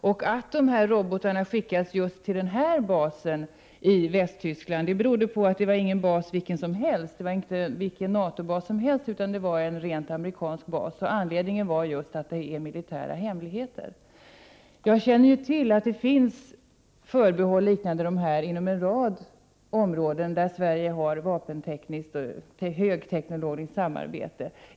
Och att dessa robotar skickas just till den här basen i Västtyskland berodde på att det inte var vilken NATO-bas som helst utan en rent amerikansk bas — och att det just var fråga om militära hemligheter. Jag känner till att det finns förbehåll liknande dessa inom en rad områden där Sverige har högteknologiskt samarbete.